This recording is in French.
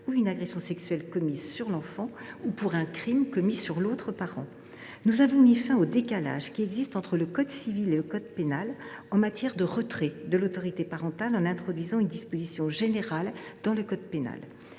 ou une agression sexuelle sur l’enfant ou sur l’autre parent. Par ailleurs, nous avons mis fin au décalage entre le code civil et le code pénal en matière de retrait de l’autorité parentale en introduisant une disposition générale dans le code pénal.